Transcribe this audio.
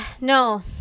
No